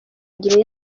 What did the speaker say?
igihe